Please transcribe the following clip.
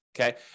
Okay